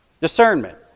Discernment